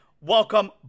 welcome